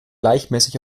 gleichmäßig